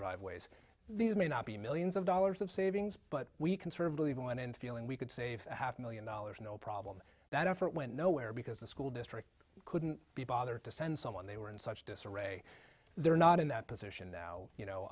driveways these may not be millions of dollars of savings but we can sort of believe in one and feeling we could save half a million dollars no problem that effort went nowhere because the school district couldn't be bothered to send someone they were in such disarray they're not in that position now you know